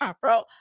Bro